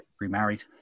remarried